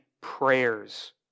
prayers